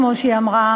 כפי שהיא אמרה,